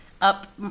up